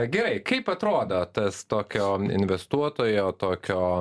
gerai kaip atrodo tas tokio investuotojo tokio